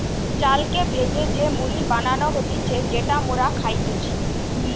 চালকে ভেজে যে মুড়ি বানানো হতিছে যেটা মোরা খাইতেছি